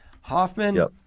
Hoffman